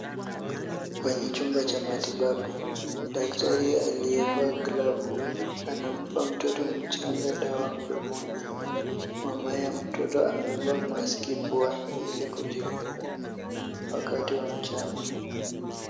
Kwenye chumba cha matibabu, daktari aliyevaa glavu anampa mtoto mchanga dawa mdomoni. Mamaye mtoto amevaa maski puani ili kujikinga wakati wa mchana.